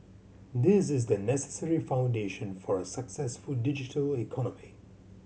this is the necessary foundation for a successful digital economy